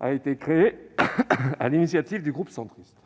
a été créée sur l'initiative du groupe Union Centriste.